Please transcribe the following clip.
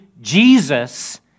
Jesus